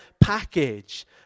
package